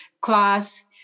class